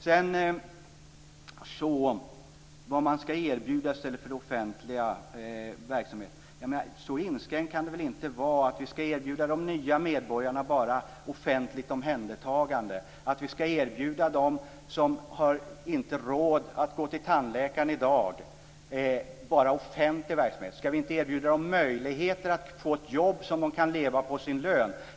Sedan gällde det vad man skall erbjuda i stället för den offentliga verksamheten. Så inskränkt kan det väl inte vara: att vi skall erbjuda de nya medborgarna bara offentligt omhändertagande, att vi skall erbjuda dem som i dag inte har råd att gå till tandläkaren bara offentlig verksamhet. Skall vi inte erbjuda dem möjligheter att få ett jobb med en lön som de kan leva på?